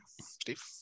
Steve